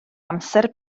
amser